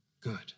Good